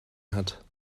hat